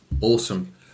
Awesome